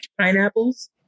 Pineapples